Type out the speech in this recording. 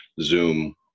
Zoom